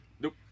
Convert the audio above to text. nope